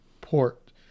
port